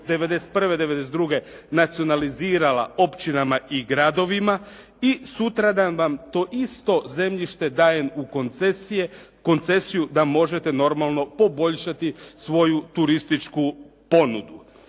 '91., '92. nacionalizirala općinama i gradovima i sutradan vam to isto zemljište dajem u koncesiju da možete normalno poboljšati svoju turističku ponudu.